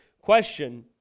question